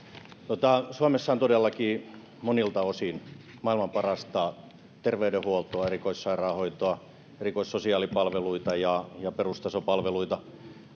suomessa on todellakin monilta osin maailman parasta terveydenhuoltoa erikoissairaanhoitoa erikoissosiaalipalveluita ja ja perustason palveluita